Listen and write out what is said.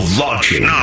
launching